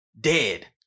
dead